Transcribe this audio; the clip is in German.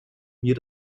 mir